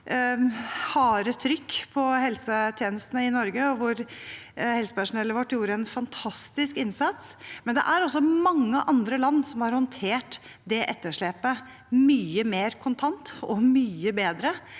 harde trykk på helsetjenestene i Norge, hvor helsepersonellet vårt gjorde en fantastisk innsats, og det er mange andre land som har håndtert det etterslepet mye mer kontant og mye bedre